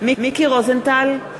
מיקי רוזנטל,